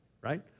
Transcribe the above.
right